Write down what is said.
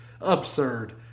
absurd